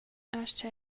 astga